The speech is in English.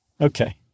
Okay